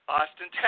Austin